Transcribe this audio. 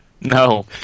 No